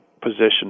position